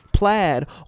plaid